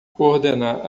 coordenar